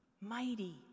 mighty